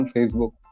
Facebook